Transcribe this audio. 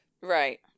Right